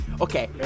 okay